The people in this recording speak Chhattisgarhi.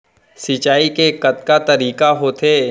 सिंचाई के कतका तरीक़ा होथे?